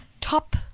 top